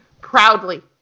proudly